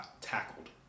tackled